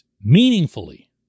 meaningfully